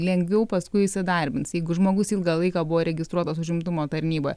lengviau paskui įsidarbins jeigu žmogus ilgą laiką buvo registruotas užimtumo tarnyboj